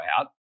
out